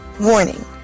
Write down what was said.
Warning